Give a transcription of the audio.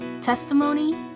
Testimony